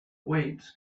weights